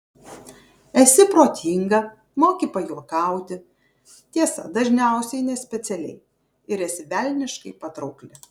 esi protinga moki pajuokauti tiesa dažniausiai nespecialiai ir esi velniškai patraukli